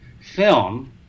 film